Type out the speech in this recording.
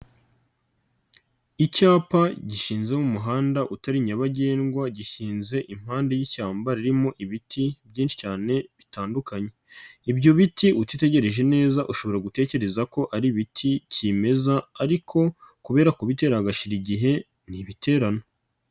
Icyapa gishinze mu umuhanda utari nyabagendwa, gishinze impande y'ishyamba ririmo ibiti byinshi cyane bitandukanye. Ibyo biti utitegereje neza ushobora gutekereza ko ari ibiti kimeza ariko kubera kubitera hagashira igihe ni ibiterano.